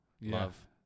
love